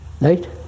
Right